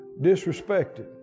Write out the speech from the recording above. disrespected